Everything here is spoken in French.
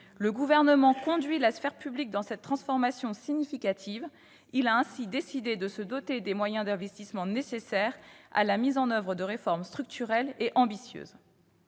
Le Gouvernement conduit la sphère publique dans cette transformation significative. [...] Il a ainsi décidé de se doter des moyens d'investissement nécessaires à la mise en oeuvre de réformes structurelles et ambitieuses.